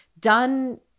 done